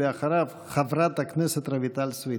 אחריו, חברת הכנסת רויטל סויד.